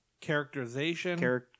characterization